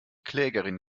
klägerin